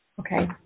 Okay